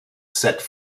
cette